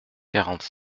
quarante